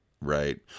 Right